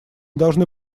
должны